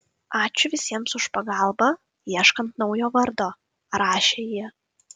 ačiū visiems už pagalbą ieškant naujo vardo rašė ji